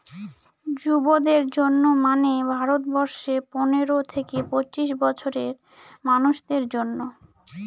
যুবদের জন্য মানে ভারত বর্ষে পনেরো থেকে পঁচিশ বছরের মানুষদের জন্য